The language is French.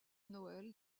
noël